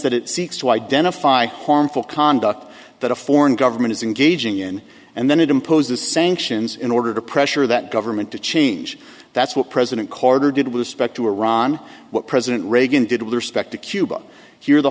identify harmful conduct that a foreign government is engaging in and then it imposes sanctions in order to pressure that government to change that's what president carter did was spec to iran what president reagan did with respect to cuba here the